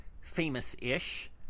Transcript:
famous-ish